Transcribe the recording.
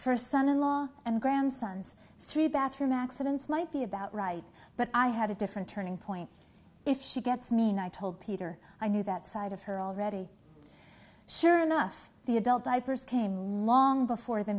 first son in law and grandsons through bathroom accidents might be about right but i had a different turning point if she gets mean i told peter i knew that side of her already sure enough the adult diapers came long before the